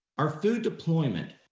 our food deployment,